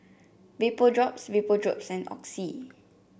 Vapodrops Vapodrops and Oxy